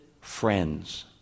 friends